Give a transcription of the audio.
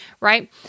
right